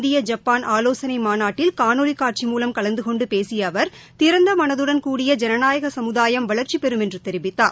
இந்திய ஜப்பான் ஆலோசனை மாநாட்டில் காணொலி காட்சி மூலம் கலந்து கொண்டு பேசிய அவர் திறந்த மனதுடன் கூடிய ஜனநாயக சமுதாயம் வளர்ச்சிபெறும் என்று தெரிவித்ததார்